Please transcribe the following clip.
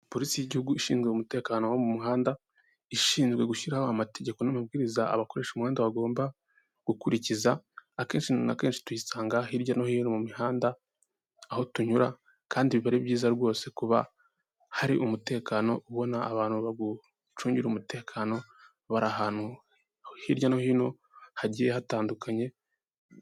Polisi y'igihugu ishinzwe umutekano wo mu muhanda, ishinzwe gushyiraho amategeko n'amabwiriza abakoresha umuhanda bagomba gukurikiza, akenshin na kenshi tuyisanga hirya no hino mu mihanda, aho tunyura kandi biba ari byiza rwose kuba hari umutekano ubona abantu bagucungira umutekano, bari ahantu hirya no hino hagiye hatandukanye.